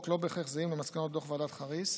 לא בהכרח זהים למסקנות דוח ועדת חריס,